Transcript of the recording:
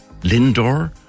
Lindor